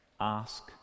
ask